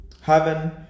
Heaven